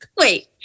Wait